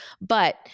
but-